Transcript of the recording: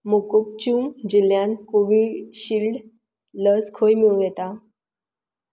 मोकोकचुंग जिल्ल्यांत कोवीशिल्ड लस खंय मेळूं येता